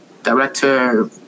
director